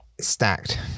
stacked